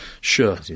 Sure